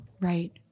Right